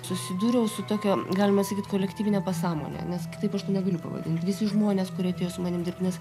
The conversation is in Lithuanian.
susidūriau su tokia galima sakyt kolektyvine pasąmone nes kitaip aš to negaliu pavadint visi žmonės kurie atėjo su manim dirbt nes